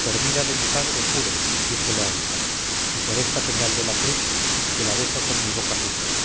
por vida de mi padre juro dijo loaysa y por esta señal de cruz que la beso con mi boca sucia